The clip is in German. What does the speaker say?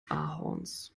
ahorns